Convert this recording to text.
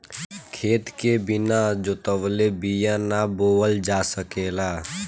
खेत के बिना जोतवले बिया ना बोअल जा सकेला